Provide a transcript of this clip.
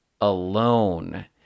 alone